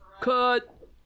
Cut